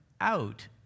out